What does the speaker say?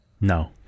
No